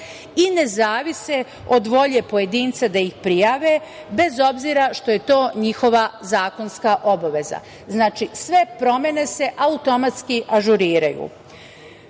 i ne zavise od volje pojedinca da ih prijave, bez obzira što je to njihova zakonska obaveza. Znači, sve promene se automatski ažuriraju. Osim